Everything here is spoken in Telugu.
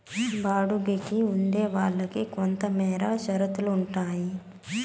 బాడుగికి ఉండే వాళ్ళకి కొంతమేర షరతులు ఉంటాయి